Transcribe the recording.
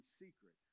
secret